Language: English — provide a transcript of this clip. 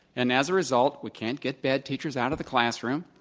and as a result we can't get bad teachers out of the classroom,